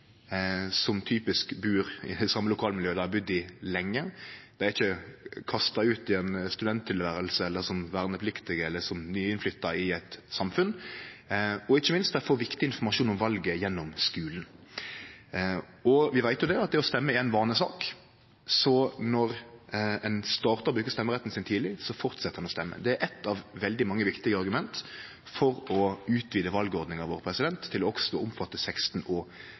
som typisk bur i det same lokalmiljøet som ein har budd i lenge. Ein er ikkje kasta ut i eit studenttilvære, er vernepliktig eller er nyinnflytta i eit samfunn. Ikkje minst får dei viktig informasjon om valet gjennom skulen. Vi veit at det å stemme er ei vanesak, så når ein startar å bruke stemmeretten sin tidleg, fortset ein å stemme. Det er eitt av veldig mange viktige argument for å utvide valordninga vår til også å omfatte 16- og